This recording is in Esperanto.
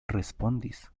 respondis